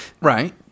Right